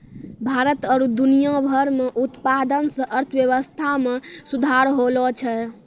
भारत आरु दुनिया भर मे उत्पादन से अर्थव्यबस्था मे सुधार होलो छै